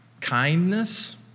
kindness